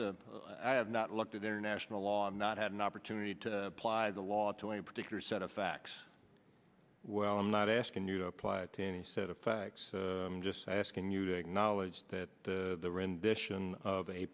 to i have not looked at international law and not had an opportunity to apply the law to any particular set of facts well i'm not asking you to apply to any set of facts i'm just asking you to acknowledge that the